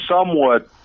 somewhat